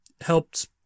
helped